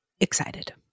excited